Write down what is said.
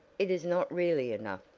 it is not really enough,